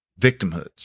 victimhoods